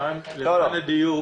למען הדיוק